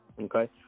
okay